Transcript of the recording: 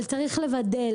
אבל צריך לבדל,